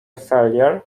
failure